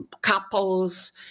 couples